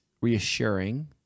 reassuring